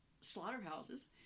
slaughterhouses